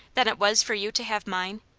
than it was for you to have mine?